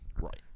Right